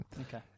Okay